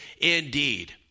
indeed